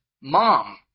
Mom